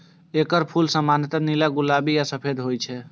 एकर फूल सामान्यतः नीला, गुलाबी आ सफेद होइ छै